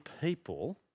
people